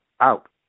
out